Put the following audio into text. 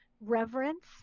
reverence